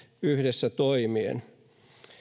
yhdessä toimien